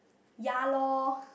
ya lor